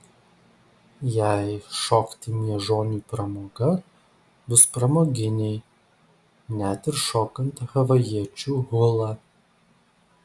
jei šokti miežoniui pramoga bus pramoginiai net ir šokant havajiečių hulą